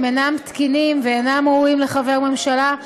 הם אינם תקינים ואינם ראויים לחבר ממשלה.